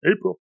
April